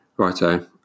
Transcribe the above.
Righto